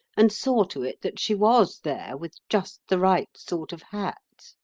and saw to it that she was there, with just the right sort of hat.